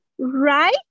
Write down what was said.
right